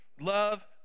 love